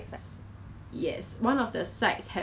ya very funny right